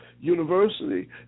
University